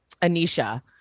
Anisha